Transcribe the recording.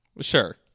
Sure